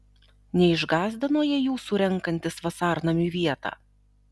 neišgąsdino jie jūsų renkantis vasarnamiui vietą